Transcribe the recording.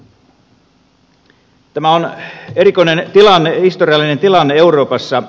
tämä on erikoinen tilanne historiallinen tilanne euroopassa